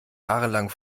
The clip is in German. jahrelang